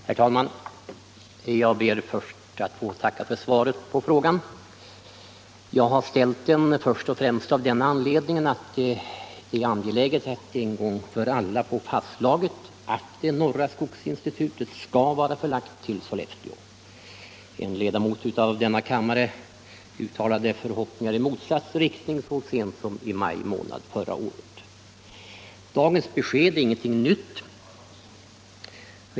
Herr talman! Jag ber att få tacka för svaret. Jag har ställt frågan först och främst av den anledningen att det är angeläget att en gång för alla få fastslaget att det norra skogsinstitutet skall vara förlagt till Sollefteå. En ledamot av denna kammare uttalade förhoppningar i motsatt riktning så sent som i maj månad förra året. Dagens besked ger ingenting nytt.